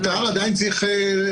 מותר אבל עדיין צריך לאסוף.